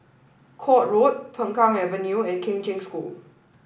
Court Road Peng Kang Avenue and Kheng Cheng School